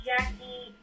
Jackie